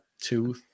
two